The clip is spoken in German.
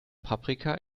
paprika